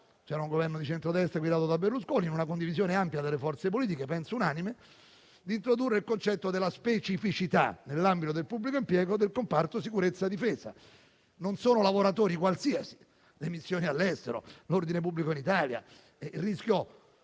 c'era un Governo di centrodestra guidato da Berlusconi - in una condivisione ampia, penso unanime, delle forze politiche, di introdurre il concetto della specificità, nell'ambito del pubblico impiego, del comparto sicurezza-difesa. Non sono lavoratori qualsiasi: le missioni all'estero, l'ordine pubblico in Italia, il rischio